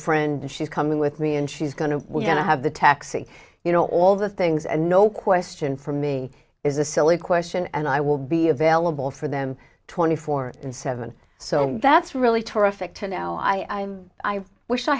friend she's coming with me and she's going to we're going to have the taxi you know all the things and no question for me is a silly question and i will be available for them twenty four and seven so that's really terrific to know i i wish i